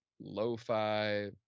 lo-fi